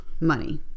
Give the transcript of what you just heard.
money